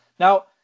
Now